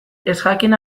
ezjakin